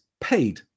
paid